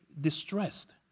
distressed